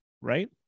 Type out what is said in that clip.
right